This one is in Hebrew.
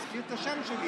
הוא הזכיר את השם שלי,